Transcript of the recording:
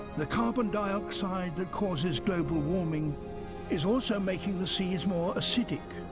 the carbon dioxide that causes global warming is also making the seas more acidic.